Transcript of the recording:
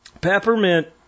Peppermint